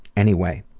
anyway,